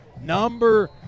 Number